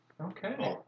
Okay